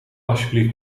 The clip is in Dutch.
alsjeblieft